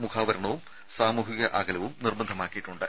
മുഖാവരണവും സാമൂഹിക അകലവും നിർബന്ധമാക്കിയിട്ടുണ്ട്